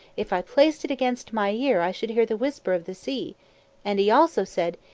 if i placed it against my ear i should hear the whisper of the sea and he also said,